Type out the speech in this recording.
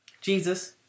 Jesus